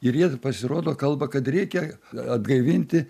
ir jie pasirodo kalba kad reikia atgaivinti